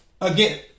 again